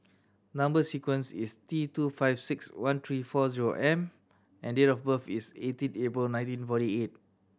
number sequence is T two five six one three four zero M and date of birth is eighteen April nineteen forty eight